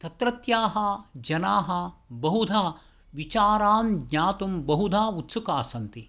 तत्रत्याः जनाः वहुधा विचारान् ज्ञातुं वहुधा उत्सुकाः सन्ति